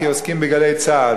כי עוסקים ב"גלי צה"ל".